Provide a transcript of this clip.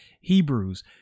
Hebrews